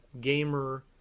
gamer